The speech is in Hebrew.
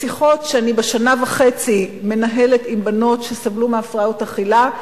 משיחות שאני מנהלת שנה וחצי עם בנות שסבלו מהפרעות אכילה,